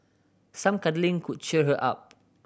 some cuddling could cheer her up